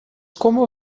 como